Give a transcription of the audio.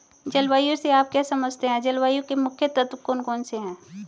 जलवायु से आप क्या समझते हैं जलवायु के मुख्य तत्व कौन कौन से हैं?